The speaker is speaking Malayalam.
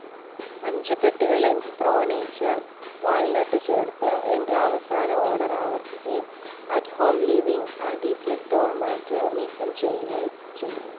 അഞ്ച് പെട്ടികൾ എന് പ്രോ നേച്ചർ വാൾനട്ട് ചേർത്ത് എന്റെ അവസാന ഓഡറാവർത്തിക്കുകയും at home living anti slip door mat നീക്കം ചെയ്യുകയും ചെയ്യുക